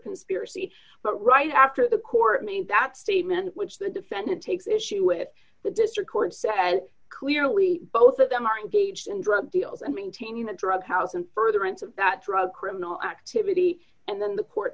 conspiracy but right after the court made that statement which the defendant takes issue with the district court said clearly both of them are engaged in drug deals and maintaining the drug house and further in sabbat drug criminal activity and then the court